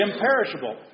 imperishable